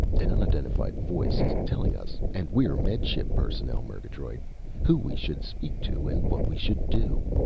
an unidentified voice is telling us and we're med ship personnel, murgatroyd who we should speak to and what we should do.